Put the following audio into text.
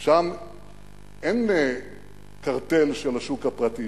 שם אין קרטל של השוק הפרטי.